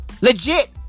Legit